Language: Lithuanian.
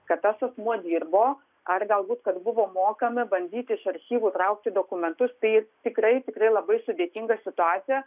kad tas asmuo dirbo ar galbūt kad buvo mokami bandyt iš archyvų traukti dokumentus tai tikrai tikrai labai sudėtinga situacija